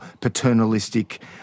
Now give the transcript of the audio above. paternalistic